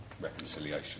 Reconciliation